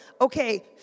Okay